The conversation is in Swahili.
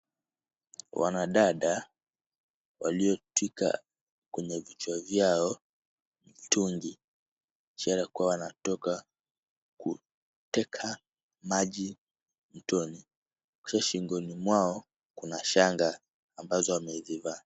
Wanadada waliotwika kwenye vichwa vyao mitungi, ishara kuwa wanatoka kuteka maji mtoni. Pia shingoni mwao wana shanga ambazo wamezivaa.